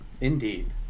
Indeed